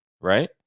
right